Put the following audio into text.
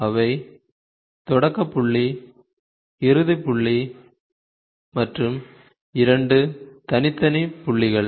அவை தொடக்க புள்ளி இறுதி புள்ளி மற்றும் இரண்டு தனித்தனி புள்ளிகள்